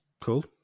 Cool